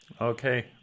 Okay